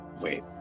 Wait